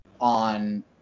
on